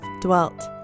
dwelt